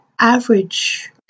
average